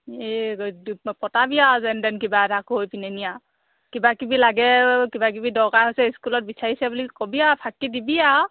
এই পতাবি আৰু যেন তেন কিবা এটা কৈ পেলাই আৰু কিবাকিবি লাগে কিবাকিবি দৰকাৰ হৈছে স্কুলত বিচাৰিছে বুলি কবি আৰু ফাঁকি দিবি আৰু